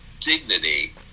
dignity